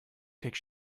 take